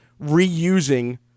reusing